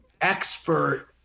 expert